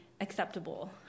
acceptable